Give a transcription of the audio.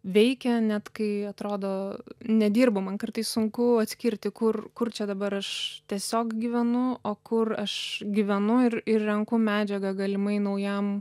veikia net kai atrodo nedirbu man kartais sunku atskirti kur kur čia dabar aš tiesiog gyvenu o kur aš gyvenu ir ir renku medžiagą galimai naujam